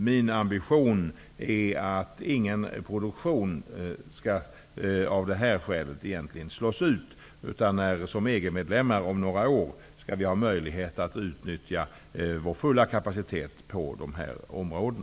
Min ambition är att ingen produktion av det här skälet skall slås ut, utan att vi som EG-medlemmar om några år skall ha möjlighet att utnyttja vår fulla kapacitet på dessa områden.